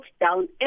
down